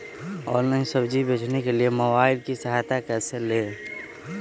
Online सब्जी बेचने के लिए मोबाईल की सहायता कैसे ले?